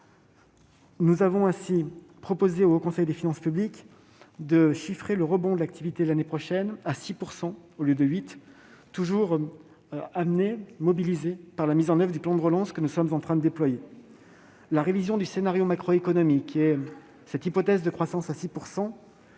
Nous avons ainsi proposé au Haut Conseil des finances publiques de chiffrer le rebond de l'activité l'année prochaine à 6 % au lieu de 8 %, toujours mobilisés par la mise en oeuvre du plan de relance que nous sommes en train de déployer. La révision du scénario macroéconomique et cette hypothèse de croissance à 6